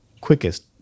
quickest